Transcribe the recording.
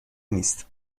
نیست